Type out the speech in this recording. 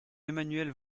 emmanuel